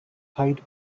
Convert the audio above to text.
hyde